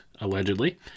allegedly